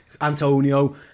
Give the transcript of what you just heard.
Antonio